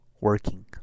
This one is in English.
working